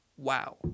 Wow